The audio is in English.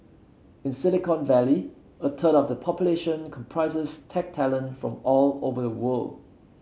in Silicon Valley a third of the population comprises tech talent from all over the world